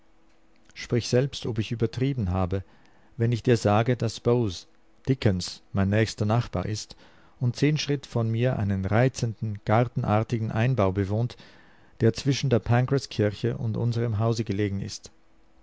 sprich selbst ob ich übertrieben habe wenn ich dir sage daß boz dickens mein nächster nachbar ist und zehn schritt von mir einen reizenden gartenartigen einbau bewohnt der zwischen der pancras kirche und unsrem hause gelegen ist